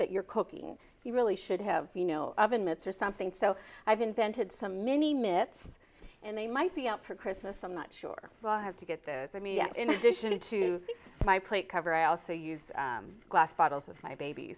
that you're cooking you really should have you know oven mitts or something so i've invented some many minutes and they might be up for christmas i'm not sure i have to get those i mean in addition to my plate cover i also use glass bottles with my babies